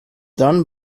done